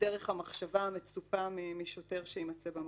דרך המחשבה המצופה משוטר שיימצא במקום.